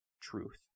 truth